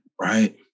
right